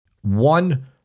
One